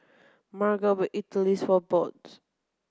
Margo bought Idili for Bode